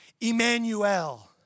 Emmanuel